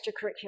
extracurricular